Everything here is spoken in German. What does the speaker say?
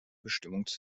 bestimmungen